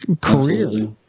career